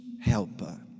helper